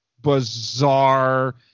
bizarre